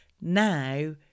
Now